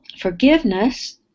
forgiveness